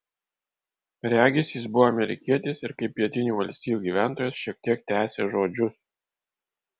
regis jis buvo amerikietis ir kaip pietinių valstijų gyventojas šiek tiek tęsė žodžius